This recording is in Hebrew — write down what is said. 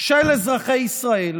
של אזרחי ישראל,